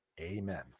Amen